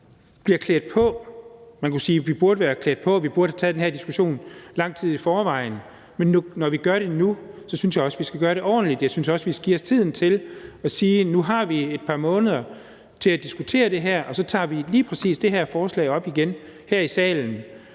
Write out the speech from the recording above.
Man kan sige, vi burde være klædt på til det, og at vi burde have taget den her diskussion for lang tid siden, men når vi gør det nu, synes jeg også, vi skal gøre det ordentligt, og jeg synes også, at vi skal give os tiden ved at sige, at nu har vi et par måneder til at diskutere det her, og så tager vi lige præcis det her forslag op igen her i salen